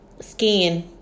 skin